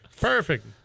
Perfect